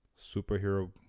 superhero